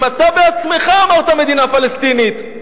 אם אתה בעצמך אמרת "מדינה פלסטינית".